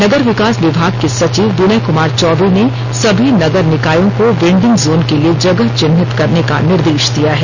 नगर विकास विभाग के सचिव विनय कमार चौबे ने सभी नगर निकायों को वेंडिंग जोन के लिए जगह चिन्हित करने का निर्देष दिया है